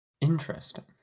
interesting